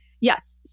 Yes